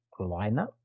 lineup